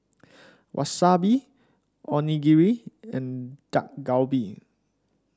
Wasabi Onigiri and Dak Galbi